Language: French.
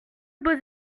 beaux